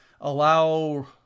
allow